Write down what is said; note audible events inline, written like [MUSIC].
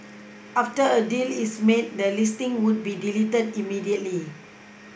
[NOISE] after a deal is made the listing would be deleted immediately